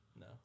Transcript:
No